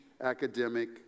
academic